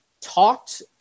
talked